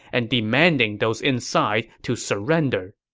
and demanding those inside to surrender.